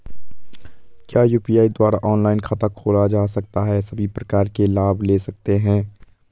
क्या यु.पी.आई द्वारा ऑनलाइन खाता खोला जा सकता है सभी प्रकार के लाभ ले सकते हैं?